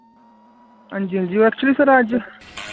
हांजी हांजी ओ एक्चुअली सर अज्ज